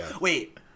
Wait